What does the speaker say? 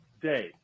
day